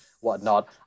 whatnot